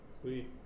Sweet